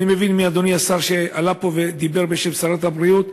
אני מבין מאדוני השר שעלה לפה ודיבר בשם שרת הבריאות,